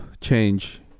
change